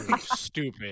Stupid